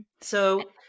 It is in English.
So-